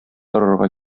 торырга